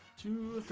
to